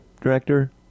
director